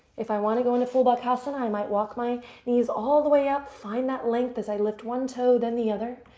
if i want to go into a bakasana, i might walk my knees all the way up. find that length as i lift one toe, then the other.